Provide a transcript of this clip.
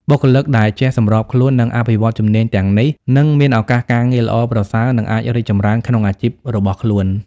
បុគ្គលិកដែលចេះសម្របខ្លួន និងអភិវឌ្ឍជំនាញទាំងនេះ នឹងមានឱកាសការងារល្អប្រសើរ និងអាចរីកចម្រើនក្នុងអាជីពរបស់ខ្លួន។